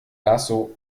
lasso